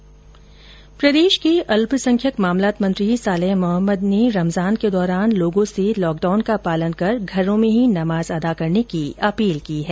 ether प्रदेश के अल्पसंख्यक मामलात मंत्री सालेह मोहम्मद ने भी रमजान के दौरान लोगों से लॉकडाउन का पालन कर घरों में ही नमाज अदा करने की अपील की है